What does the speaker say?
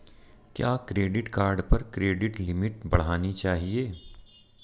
क्या credit card पर credit limit बढ़ानी चाहिए?